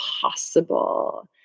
possible